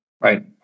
Right